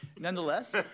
nonetheless